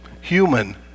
human